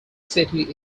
city